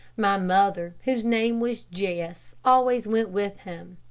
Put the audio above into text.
my mother, whose name was jess, always went with him.